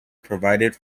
provided